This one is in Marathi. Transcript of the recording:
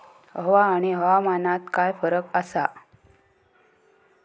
हवा आणि हवामानात काय फरक असा?